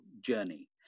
journey